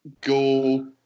go